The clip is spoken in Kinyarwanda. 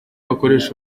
wakoresha